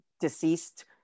deceased